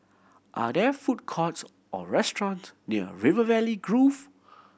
are there food courts or restaurants near River Valley Grove